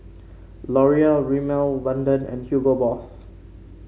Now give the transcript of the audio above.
Laurier Rimmel London and Hugo Boss